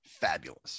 fabulous